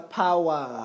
power